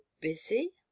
busy